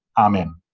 amen.